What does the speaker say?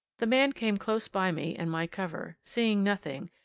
the man came close by me and my cover, seeing nothing,